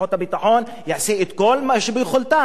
שכוחות הביטחון יעשו את כל מה שביכולתם,